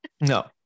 No